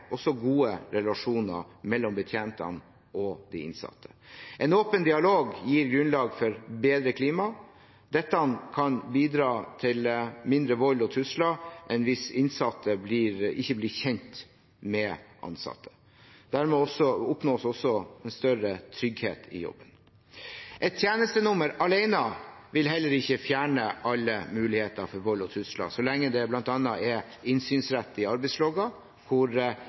også gode relasjoner mellom betjentene og de innsatte. En åpen dialog gir grunnlag for bedre klima. Dette kan bidra til mindre vold og trusler enn om de innsatte ikke blir kjent med de ansatte. Dermed oppnås også en større trygghet i jobben. Et tjenestenummer alene vil heller ikke fjerne alle muligheter for vold og trusler så lenge det bl.a. er innsynsrett i arbeidslogger hvor